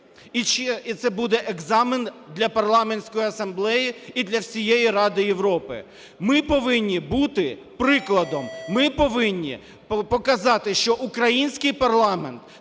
І це буде екзамен для Парламентської асамблеї і для всієї Ради Європи. Ми повинні бути прикладом. Ми повинні показати, що український парламент